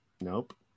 nope